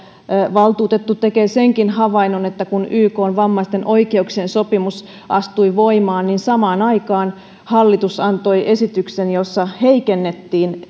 valtuutettu tekee senkin havainnon että kun ykn vammaisten oikeuksien sopimus astui voimaan niin samaan aikaan hallitus antoi esityksen jossa heikennettiin